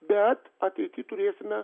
bet ateity turėsime